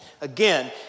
Again